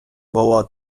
було